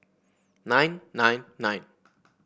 nine nine nine